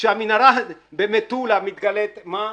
כשהמנהרה במטולה מתגלית, מה?